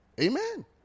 Amen